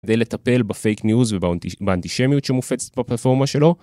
זה לטפל בפייק ניוז ובאנטישמיות שמופצת בפלטפורמה שלו.